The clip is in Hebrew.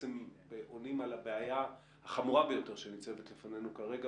בעצם עונים על הבעיה החמורה ביותר שנמצאת לפנינו כרגע,